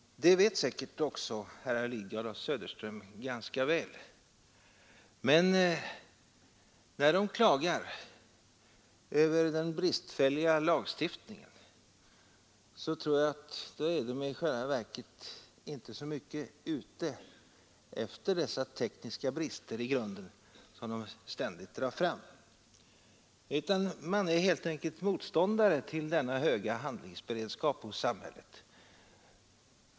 Det vet säkert också herrar Lidgard och Söderström ganska väl. När de klagar över den bristfälliga lagstiftningen tror jag inte att de i själva verket är ute efter dessa tekniska brister som de ständigt drar fram. De är i stället helt enkelt motståndare till denna höga handlingsberedskap hos samhället.